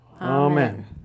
amen